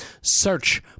Search